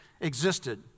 existed